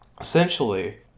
essentially